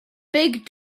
big